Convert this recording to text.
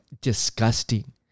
disgusting